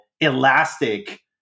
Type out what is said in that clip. elastic